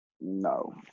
No